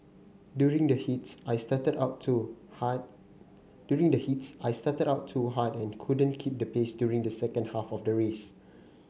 during the heats I started out too hard during the heats I started out too hard and couldn't keep the pace during the second half of the race